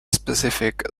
specific